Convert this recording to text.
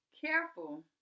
careful